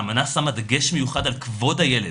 האמנה שמה דגש מיוחד על כבוד הילד,